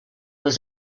was